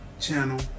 channel